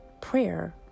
prayer